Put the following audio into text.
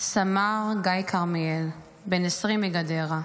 סמ"ר גיא כרמיאל, בן 20 מגדרה,